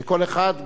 וכל אחד,